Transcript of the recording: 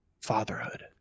fatherhood